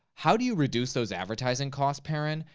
how do you reduce those advertising costs, perrin,